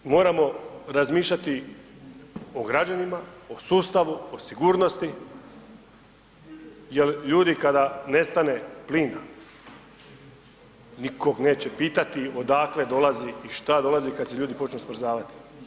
Jer moramo razmišljati o građanima, o sustavu, o sigurnosti jer ljudi kada nestane plina nekog neće pitati odakle dolazi i šta dolazi kada se ljudi počnu smrzavati.